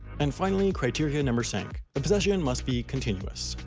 and finally, criteria number cinq, the possession must be continuous.